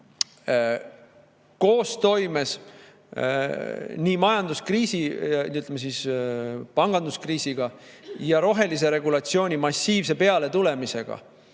koostoimes majanduskriisi, panganduskriisi ja rohelise regulatsiooni massiivse pealetulemisega,